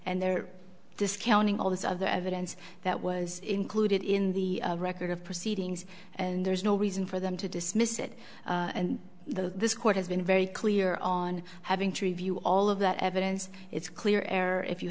and they're discounting all this other evidence that was included in the record of proceedings and there's no reason for them to dismiss it and the this court has been very clear on having treeview all of that evidence it's clear error if you